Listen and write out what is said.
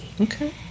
Okay